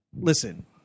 Listen